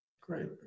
great